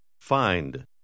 Find